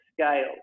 scale